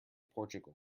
portugal